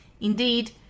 indeed